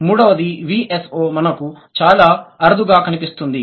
మూడవది VSO మనకు చాలా అరుదుగా కనిపిస్తుంది